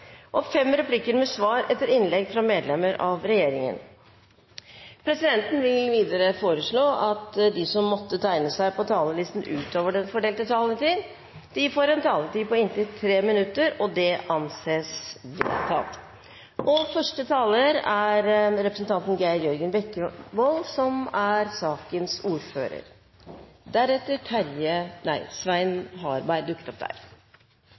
og fem replikker med svar etter innlegg fra medlemmer av regjeringen innenfor den fordelte taletid. Videre vil presidenten foreslå at de som måtte tegne seg på talerlisten utover den fordelte taletid, får en taletid på inntil 3 minutter. – Det anses vedtatt. Familie- og